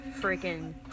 freaking